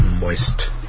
Moist